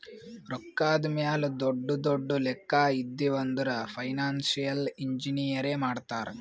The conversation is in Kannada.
ರೊಕ್ಕಾದ್ ಮ್ಯಾಲ ದೊಡ್ಡು ದೊಡ್ಡು ಲೆಕ್ಕಾ ಇದ್ದಿವ್ ಅಂದುರ್ ಫೈನಾನ್ಸಿಯಲ್ ಇಂಜಿನಿಯರೇ ಮಾಡ್ತಾರ್